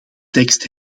tekst